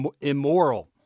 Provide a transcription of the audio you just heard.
immoral